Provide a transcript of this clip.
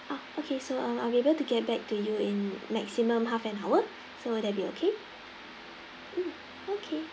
ah okay so um I'll able to get back to you in maximum half an hour so that'll be okay mm okay